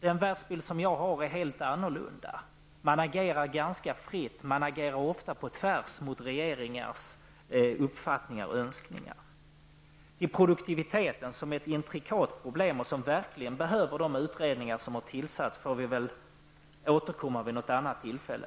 Den världsbild jag har är en helt annan: Man agerar ganska fritt och ofta på tvärs mot regeringars uppfattningar och önskningar. Det är produktiviteten som är ett intrikat problem. Till de utredningar som tillsatts får vi väl återkomma vid något annat tillfälle.